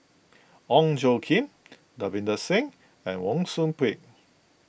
Ong Tjoe Kim Davinder Singh and Wang Sui Pick